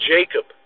Jacob